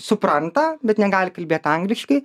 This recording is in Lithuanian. supranta bet negali kalbėt angliškai